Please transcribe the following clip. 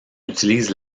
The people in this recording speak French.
utilise